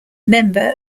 member